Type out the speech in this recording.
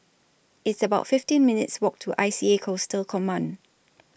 It's about fifteen minutes' Walk to I C A Coastal Command